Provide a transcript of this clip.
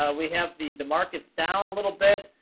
ah we have the the markets down a little bit.